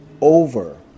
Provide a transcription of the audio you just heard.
over